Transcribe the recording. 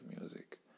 music